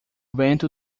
vento